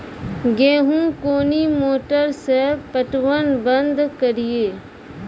गेहूँ कोनी मोटर से पटवन बंद करिए?